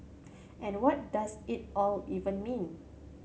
and what does it all even mean